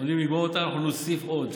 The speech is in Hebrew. אנחנו עומדים לגמור אותם, ואנחנו נוסיף עוד.